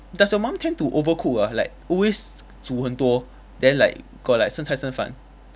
does your mum tend to overcook ah like always 煮很多：zhu hen duo then like got like 剩菜剩饭